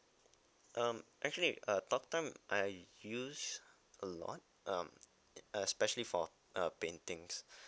um actually uh talk time I use a lot um especially for uh paintings